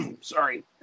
sorry